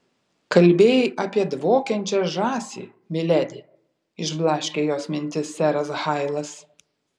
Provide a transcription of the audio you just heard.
kalbėjai apie dvokiančią žąsį miledi išblaškė jos mintis seras hailas